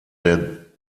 der